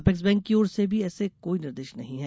apex bank की ओर से भी ऐसे कोई निर्देश नहीं हैं